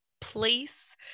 place